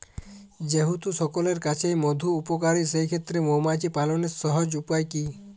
যেহেতু সকলের কাছেই মধু উপকারী সেই ক্ষেত্রে মৌমাছি পালনের সহজ উপায় কি?